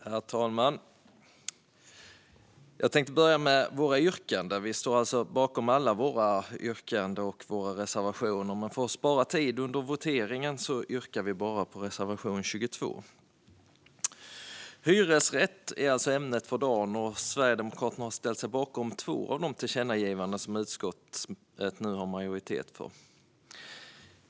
Herr talman! Jag tänker börja med våra yrkanden. Vi står bakom alla våra yrkanden och reservationer, men för att spara tid vid voteringen yrkar vi bifall bara till reservation 22. Hyresrätt är alltså ämnet för dagen. Sverigedemokraterna har ställt sig bakom två av de tillkännagivanden som utskottet nu har majoritet för.